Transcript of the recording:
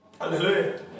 Hallelujah